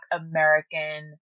American